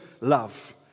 love